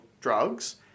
drugs